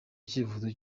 icyifuzo